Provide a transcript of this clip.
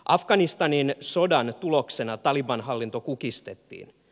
afganistanin sodan tuloksena taliban hallinto kukistettiin